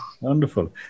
Wonderful